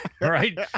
right